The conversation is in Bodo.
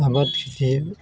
आबाद खेथि